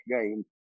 game